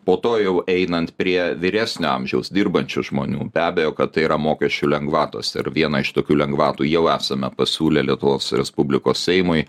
po to jau einant prie vyresnio amžiaus dirbančių žmonių be abejo kad tai yra mokesčių lengvatos ir vieną iš tokių lengvatų jau esame pasiūlę lietuvos respublikos seimui